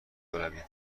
بروید